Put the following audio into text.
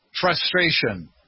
frustration